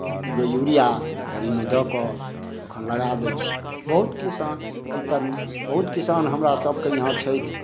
एक kilo urea ओहिमे दऽकऽ ओकरा लगा दै छै बहुत किसान एहिपरमे बहुत किसान हमरासभके इहाँ छथि